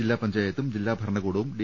ജില്ലാ പഞ്ചാ യത്തും ജില്ലാ ഭരണകൂടവും ഡി